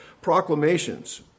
proclamations